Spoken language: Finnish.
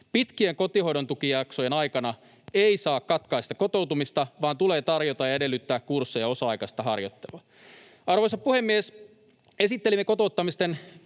Pitkien kotihoidon tukijaksojen aikana ei saa katkaista kotoutumista vaan tulee tarjota ja edellyttää kursseja ja osa-aikaista harjoittelua. Arvoisa puhemies! Esittelimme kotouttamisten